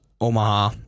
Omaha